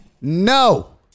No